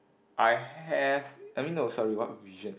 I have I mean no sorry what vision